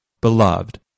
beloved